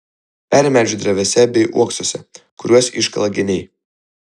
peri medžių drevėse bei uoksuose kuriuos iškala geniai